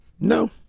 no